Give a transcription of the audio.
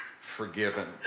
forgiven